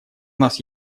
нас